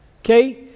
Okay